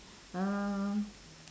um